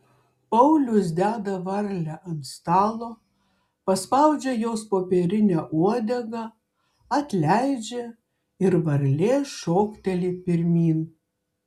paulius deda varlę ant stalo paspaudžia jos popierinę uodegą atleidžia ir varlė šokteli pirmyn